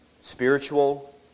spiritual